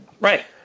Right